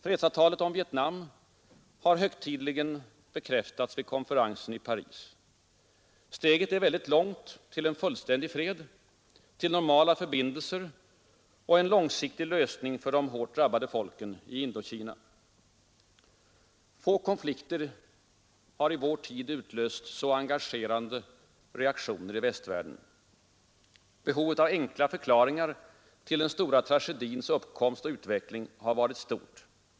Fredsavtalet om Vietnam har högtidligen bekräftats vid konferensen i Paris. Steget är likväl väldigt långt till en fullständig fred, till normala förbindelser och en långsiktig lösning för de hårt drabbade folken i Indokina. Få konflikter i vår tid har utlöst så engagerade reaktioner i västvärlden. Behovet av enkla förklaringar till den stora tragedins uppkomst och utveckling har varit betydande.